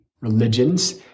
religions